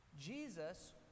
Jesus